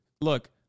Look